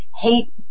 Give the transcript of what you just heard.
hate